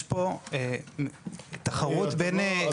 יש פה תחרות בין --- אתם לא,